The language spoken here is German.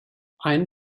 ein